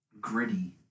gritty